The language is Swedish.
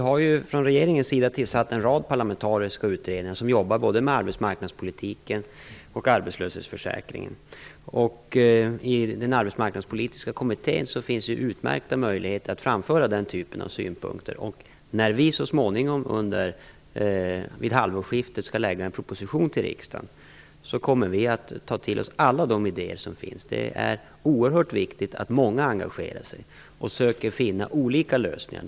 Herr talman! Regeringen har tillsatt en rad parlamentariska utredningar som jobbar med både arbetsmarknadspolitiken och arbetslöshetsförsäkringen. I den arbetsmarknadspolitiska kommittén finns utmärkta möjligheter att framföra den typen av synpunkter. När vi vid halvårsskiftet skall lägga fram en proposition till riksdagen kommer vi att ta till oss alla de idéer som finns. Det är oerhört viktigt att många engagerar sig och försöker finna olika lösningar.